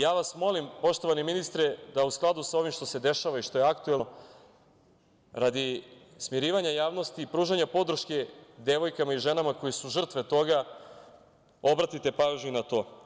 Ja vas molim, poštovani ministre, da u skladu sa ovim što se dešava i što je aktuelno, radi smirivanja javnosti i pružanja podrške devojkama i ženama koje su žrtve toga, obratite pažnju na to.